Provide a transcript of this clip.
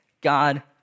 God